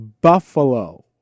Buffalo